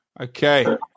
Okay